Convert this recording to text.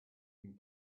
been